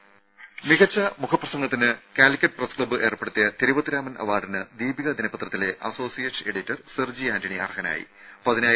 രും മികച്ച മുഖപ്രസംഗത്തിന് കാലിക്കറ്റ് പ്രസ് ക്ലബ്ബ് ഏർപ്പെടുത്തിയ തെരുവത്ത് രാമൻ അവാർഡിന് ദീപിക ദിനപത്രത്തിലെ അസോസിയേറ്റ് എഡിറ്റർ സെർജി ആന്റണി അർഹനായി